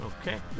Okay